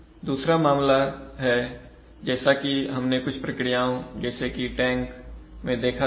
दूसरा मामला है जैसा कि हमने कुछ प्रक्रियाओं जैसे कि टैंक में देखा था